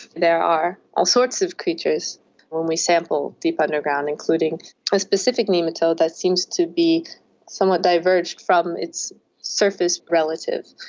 there are all sorts of creatures when we sample deep underground, including a specific nematode that seems to be somewhat diverged from its surface relative,